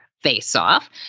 face-off